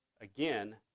again